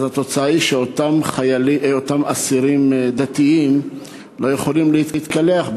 והתוצאה היא שאסירים דתיים לא יכולים להתקלח,